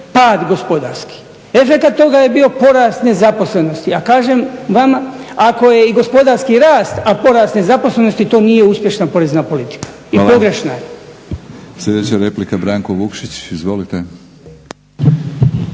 pad gospodarski, efekat toga je bio porast nezaposlenosti. A kažem vama ako je i gospodarski rast, a porast nezaposlenosti to nije uspješna porezna politika i pogrešna je.